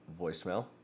voicemail